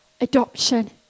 adoption